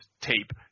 tape